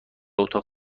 اتاق